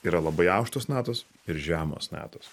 yra labai aukštos natos ir žemos natos